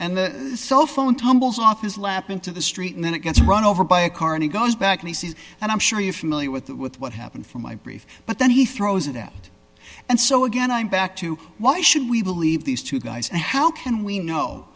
and the cell phone tumbles off his lap into the street and then it gets run over by a car and he goes back and he says and i'm sure you're familiar with that with what happened from my brief but then he throws it out and so again i'm back to why should we believe these two guys and how can we know